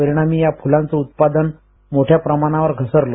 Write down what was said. परिणामी या फुलांच उत्पादन मोठ्या प्रमाणावर घसरलं